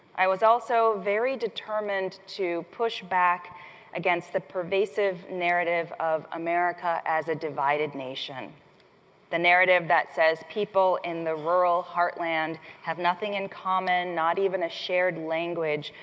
i was also very determined to push back against the pervasive narrative of america as a divided nation the narrative that says people in the rural heartland have nothing in common, not even a shared language,